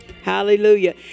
Hallelujah